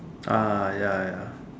ah ya ya